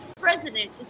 president